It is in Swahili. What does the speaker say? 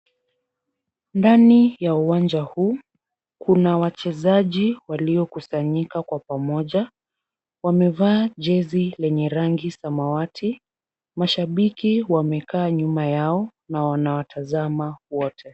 Ndani ya uwanja huu kuna wachezaji waliokusanyika kwa pamoja. Wamevaa jezi lenye rangi samwati. Mashabiki wamekaa nyuma yao na wanawatazama wote.